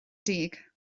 deg